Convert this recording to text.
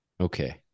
Okay